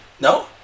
No